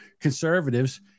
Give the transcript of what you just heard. conservatives